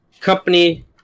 company